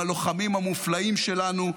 עם הלוחמים המופלאים שלנו,